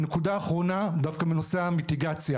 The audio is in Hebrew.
לגבי המיטיגציה